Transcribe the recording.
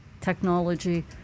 technology